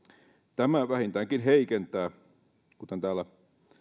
tämä vähintäänkin heikentää kuten täällä